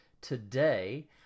today